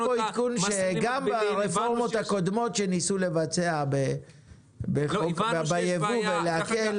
מקבל פה עדכון שגם ברפורמות הקודמות שניסו לבצע בייבוא ולהקל